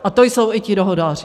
A to jsou i ti dohodáři.